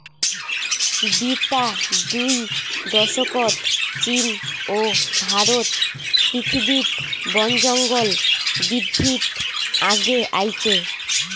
বিতা দুই দশকত চীন ও ভারত পৃথিবীত বনজঙ্গল বিদ্ধিত আগে আইচে